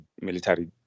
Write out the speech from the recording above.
military